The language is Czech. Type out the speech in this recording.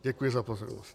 Děkuji za pozornost.